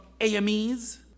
AMES